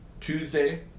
Tuesday